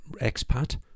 expat